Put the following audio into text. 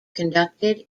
conducted